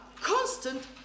constant